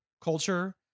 culture